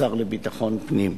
לשר לביטחון פנים.